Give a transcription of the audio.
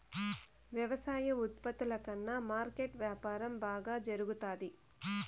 వ్యవసాయ ఉత్పత్తుల కన్నా మార్కెట్ వ్యాపారం బాగా జరుగుతాది